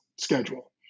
schedule